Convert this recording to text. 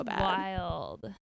wild